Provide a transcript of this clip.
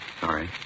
Sorry